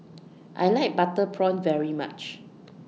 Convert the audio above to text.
I like Butter Prawn very much